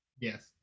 Yes